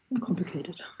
complicated